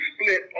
split